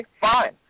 fine